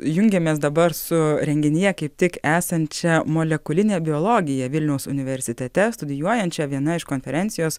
jungiamės dabar su renginyje kaip tik esančia molekulinę biologiją vilniaus universitete studijuojančia viena iš konferencijos